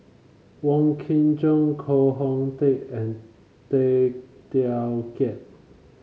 Wong Kin Jong Koh Hong Teng and Tay Teow Kiat